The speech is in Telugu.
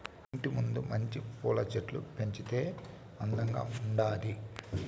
ఇంటి ముందు మంచి పూల చెట్లు పెంచితే అందంగా ఉండాది